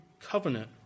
Covenant